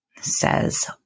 says